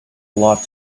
lot